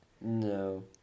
No